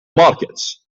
markets